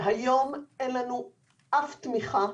והיום אין לנו אף תמיכה.